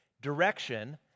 Direction